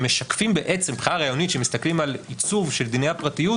שמשקפים בעצם מבחינה רעיונית שמסתכלים על עיצוב של דיני הפרטיות,